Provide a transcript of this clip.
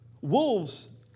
wolves